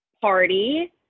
party